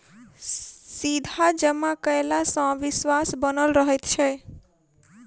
सीधा जमा कयला सॅ विश्वास बनल रहैत छै